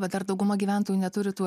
bet ar dauguma gyventojų neturi tų